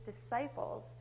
disciples